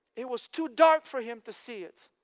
it was too dark for him to see it.